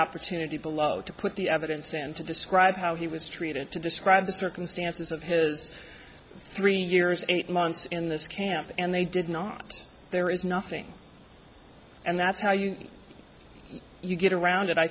opportunity below to put the evidence in to describe how he was treated to describe the circumstances of his three years eight months in this camp and they did not there is nothing and that's how you you get around it i